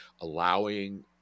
allowing